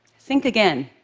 think again.